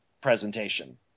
presentation